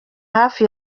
hafi